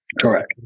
correct